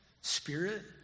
spirit